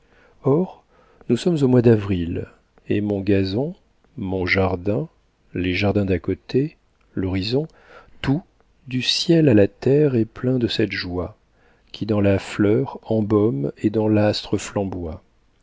or nous sommes au mois d'avril et mon gazon mon jardin les jardins d'à côté l'horizon tout du ciel à la terre est plein de cette joie qui dans la fleur embaume et dans l'astre